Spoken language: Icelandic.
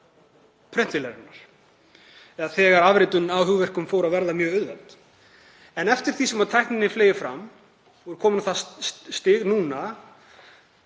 prentvélarinnar eða þegar afritun á hugverkum fór að verða mjög auðveld. En eftir því sem tækninni fleygir fram, hún er komin á það stig núna,